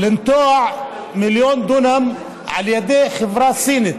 לנטוע מיליון דונם על ידי חברה סינית.